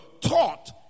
taught